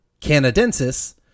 canadensis